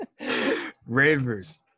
Ravers